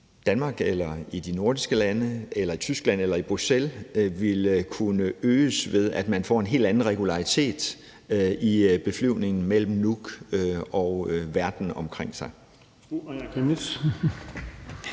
Danmark eller i de nordiske lande eller i Tyskland eller i Bruxelles, at det ville kunne øges, ved at man får en helt anden regularitet i beflyvningen mellem Nuuk og verden omkring sig.